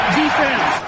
defense